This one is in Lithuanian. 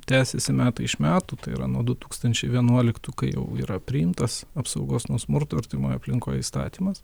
tęsiasi metai iš metų tai yra nuo tūkstančiai vienuoliktų kai jau yra priimtas apsaugos nuo smurto artimoj aplinkoj įstatymas